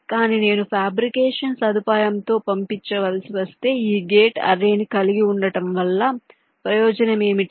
కానీ నేను ఫాబ్రికేషన్ సదుపాయంతో పంపించవలసి వస్తే ఈ గేట్ అర్రేని కలిగి ఉండటం వల్ల ప్రయోజనం ఏమిటి